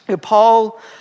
Paul